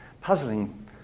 puzzling